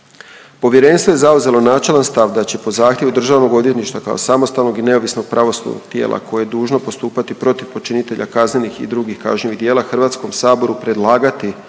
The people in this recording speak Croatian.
Povjerenstvo je zauzelo načelan stav da će po zahtjevu Državnog odvjetništva kao samostalnog i neovisnog pravosudnog tijela koje je dužno postupati protiv počinitelja kaznenih i drugih kažnjivih djela, Hrvatskome saboru predlagati